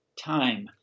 time